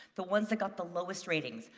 the ones that got the lowest ratings,